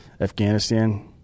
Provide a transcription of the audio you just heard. Afghanistan